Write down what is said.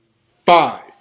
Five